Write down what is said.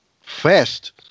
fast